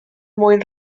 mwyn